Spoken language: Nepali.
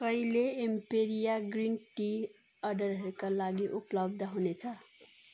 कहिले एम्पेरिया ग्रिन टी अर्डरहरूका लागि उपलब्ध हुनेछ